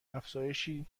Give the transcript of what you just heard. افزایشی